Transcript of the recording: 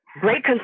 Great